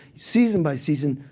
season by season,